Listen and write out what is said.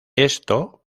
esto